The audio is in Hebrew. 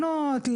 לתקנות,